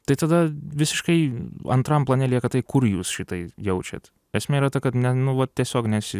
tai tada visiškai antram plane lieka tai kur jūs šitai jaučiat esmė yra ta kad ne nu va tiesiog nes